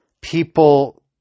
people